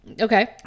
okay